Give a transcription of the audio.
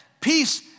peace